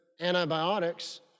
antibiotics